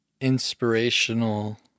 inspirational